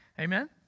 Amen